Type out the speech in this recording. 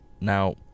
Now